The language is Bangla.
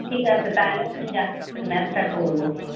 ঠিক আছে তাহলে আমি যাচ্ছি ম্যাথটা করব